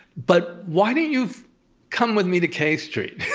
but why don't you come with me to k street.